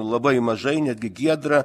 labai mažai netgi giedra